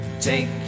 Take